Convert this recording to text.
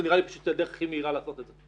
זה נראה לי פשוט הדרך הכי מהירה לעשות את זה.